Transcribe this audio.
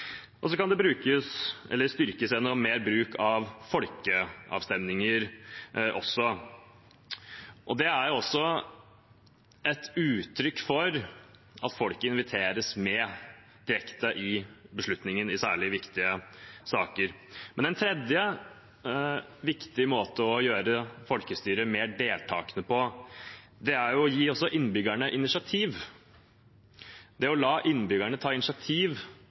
Det kan også styrkes gjennom mer bruk av folkeavstemninger. Det er et uttrykk for at folket inviteres med direkte i beslutningen av særlig viktige saker. En tredje viktig måte å gjøre folkestyret mer deltakende på er å gi innbyggerne initiativ, det å la innbyggerne ta initiativ